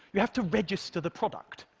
you have to register the product.